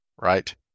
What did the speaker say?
Right